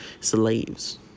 slaves